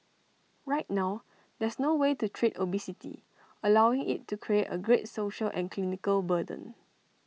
right now there's no way to treat obesity allowing IT to create A great social and clinical burden